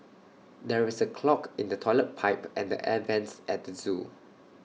there is A clog in the Toilet Pipe and the air Vents at the Zoo